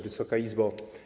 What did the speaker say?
Wysoka Izbo!